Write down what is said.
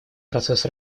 процесс